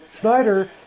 schneider